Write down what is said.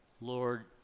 Lord